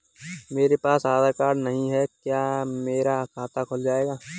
मेरे पास आधार कार्ड नहीं है क्या मेरा खाता खुल जाएगा?